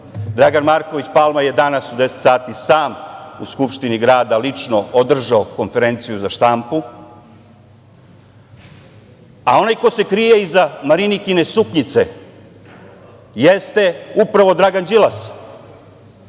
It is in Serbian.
Dragan Marković Palma je u 10.00 časova, danas sam u Skupštini grada lično održao konferenciju za štampu. A, onaj ko se krije iza Marinikine suknjice jeste upravo Dragan Đilas.